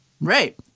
Right